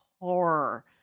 horror